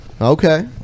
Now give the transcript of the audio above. Okay